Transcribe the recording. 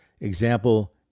Example